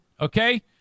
okay